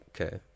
okay